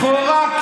לכאורה,